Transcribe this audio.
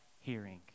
hearing